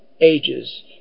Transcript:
ages